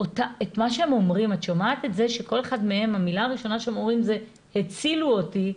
את המילה הראשונה שכל אחד מהם אומר שהיא 'הצילו אותי',